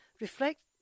reflect